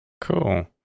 Cool